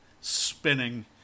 spinning